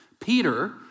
Peter